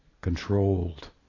controlled